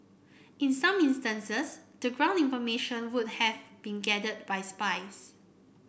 in some instances the ground information would have been gathered by spies